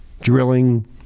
drilling